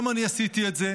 גם אני עשיתי את זה,